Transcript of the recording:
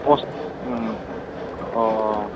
कस्त' अ